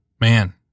man